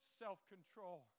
self-control